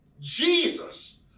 jesus